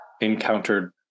encountered